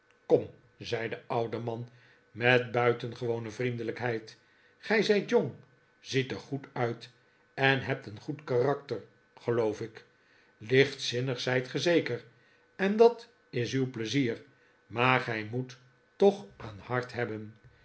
kom zei de oude man met buitengewone vriendelijkheid gij zijt jong ziet er goed uit en hebt een goed karakter geloof ik lichtzinnig zijt gij zeker en dat is uw pleizier maar gij moet toch een hart hebben